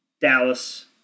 Dallas